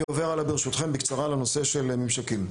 אני עובר הלאה ברשותכם, בקצרה לנושא של הממשקים.